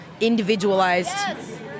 individualized